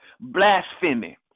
blasphemy